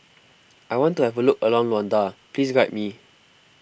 I want to have a look around Luanda please guide me